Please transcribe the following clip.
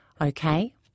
okay